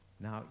Now